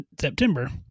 September